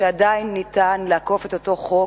שעדיין ניתן לעקוף את אותו חוק,